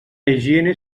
higiene